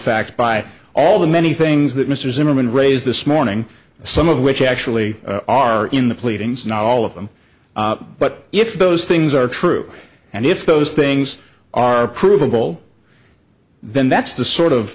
fact by all the many things that mr zimmerman raised this morning some of which actually are in the pleadings not all of them but if those things are true and if those things are provable then that's the sort of